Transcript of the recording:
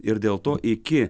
ir dėl to iki